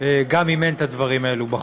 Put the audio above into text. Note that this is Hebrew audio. גם אם אין את הדברים האלה בחוק.